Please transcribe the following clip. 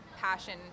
passion